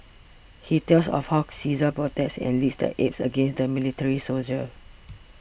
he tells of how Caesar protects and leads the apes against the military soldiers